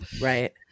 right